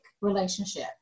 relationship